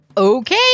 Okay